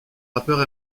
rappeurs